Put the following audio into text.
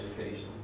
education